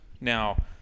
Now